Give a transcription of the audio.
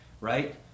right